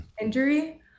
injury